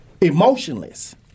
emotionless